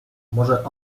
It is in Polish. może